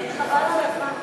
חבל על הזמן שלך.